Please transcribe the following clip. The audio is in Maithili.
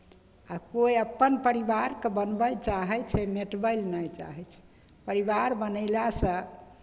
आ कोइ अपन परिवारकेँ बनबय लेल चाहै छै मिटबय लेल नहि चाहै छै परिवार बनयलासँ